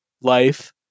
life